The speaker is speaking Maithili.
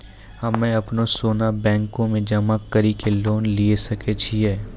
हम्मय अपनो सोना बैंक मे जमा कड़ी के लोन लिये सकय छियै?